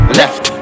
left